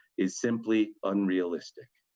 is simply, unrealistic.